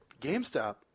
GameStop